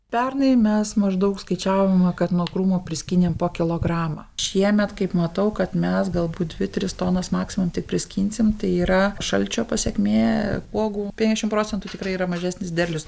pernai mes maždaug skaičiavome kad nuo krūmo priskynėm po kilogramą šiemet kaip matau kad mes galbūt dvi tris tonas maksimum tik priskinsim tai yra šalčio pasekmė uogų penkiasdešim procentų tikrai yra mažesnis derlius